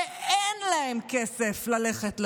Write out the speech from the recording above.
שאין להם כסף ללכת לשוק,